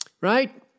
Right